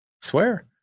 swear